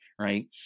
Right